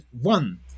one